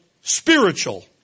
spiritual